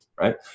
right